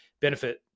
benefit